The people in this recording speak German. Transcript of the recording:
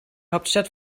hauptstadt